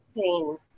pain